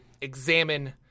examine